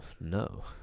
no